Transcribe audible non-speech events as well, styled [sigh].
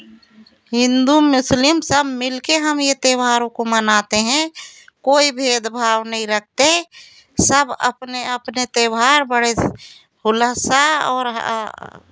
हिन्दू मुस्लिम सब मिल के हम ये त्यौहारों को मनाते हैं कोई भेदभाव नहीं रखते सब अपने अपने त्यौहार बड़े [unintelligible] और